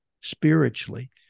spiritually